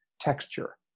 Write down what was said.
texture